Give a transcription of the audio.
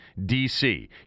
DC